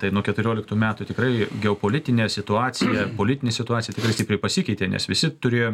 tai nuo keturioliktų metų tikrai geopolitinė situacija politinė situacija tikrai stipriai pasikeitė nes visi turėjo